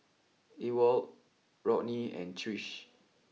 Ewald Rodney and Trish